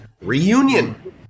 reunion